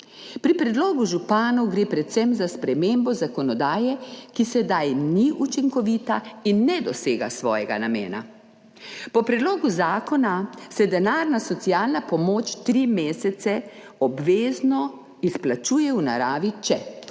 Pri predlogu županov gre predvsem za spremembo zakonodaje, ki sedaj ni učinkovita in ne dosega svojega namena. Po predlogu zakona se denarna socialna pomoč tri mesece obvezno izplačuje v naravi, če